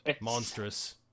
Monstrous